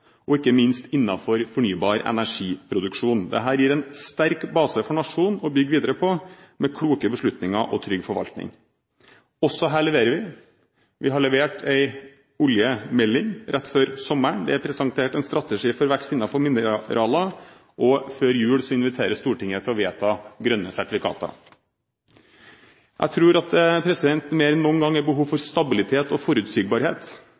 og ikke minst innenfor fornybar energiproduksjon. Dette gir en sterk base for nasjonen å bygge videre på med kloke beslutninger og trygg forvaltning. Også her leverer vi. Vi leverte en oljemelding rett før sommeren, vi har presentert en strategi for vekst innenfor mineraler, og før jul inviteres Stortinget til å vedta grønne sertifikater. Jeg tror at det mer enn noen gang er behov for stabilitet og forutsigbarhet.